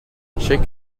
shake